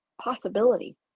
possibility